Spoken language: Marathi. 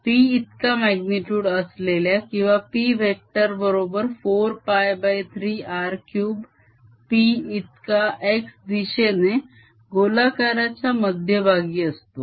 P इतका magnitude असलेल्या किंवा P वेक्टर बरोबर 4π3 R3 P इतका x दिशेने गोलाकारच्या मध्यभागी असतो